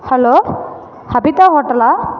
hello ஹபிதா ஹோட்டலா